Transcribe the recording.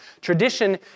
Tradition